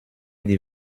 die